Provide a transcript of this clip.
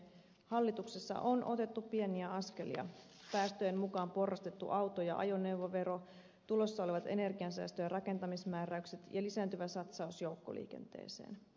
hallituksessa on otettu pieniä askelia päästöjen mukaan porrastettu auto ja ajoneuvovero tulossa olevat energiansäästö ja rakentamismääräykset ja lisääntyvä satsaus joukkoliikenteeseen